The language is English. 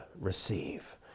receive